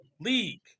league